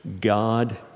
God